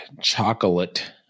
chocolate